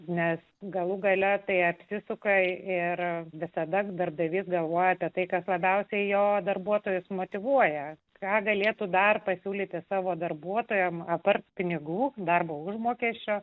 nes galų gale tai apsisuka ir visada darbdavys galvoja apie tai kad labiausiai jo darbuotojus motyvuoja ką galėtų dar pasiūlyti savo darbuotojams apart pinigų darbo užmokesčio